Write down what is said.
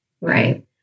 right